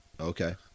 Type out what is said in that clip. Okay